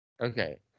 Okay